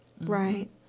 Right